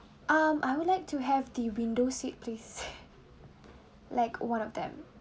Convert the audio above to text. um I would like to have the window seat please like one of them